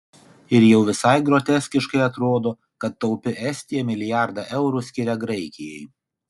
ir jau visai groteskiškai atrodo kad taupi estija milijardą eurų skiria graikijai